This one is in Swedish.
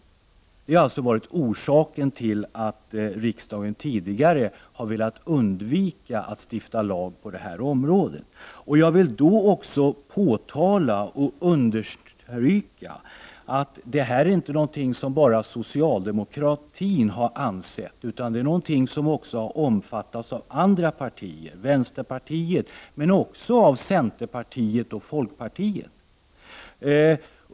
Det har varit orsaken till att riksdagen tidigare har velat undvika att stifta lag på detta område. Jag vill här understryka att detta inte är någonting som bara socialdemokratin har ansett, utan denna uppfattning har omfattats också av vänsterpartiet men även av folkpartiet och centerpartiet.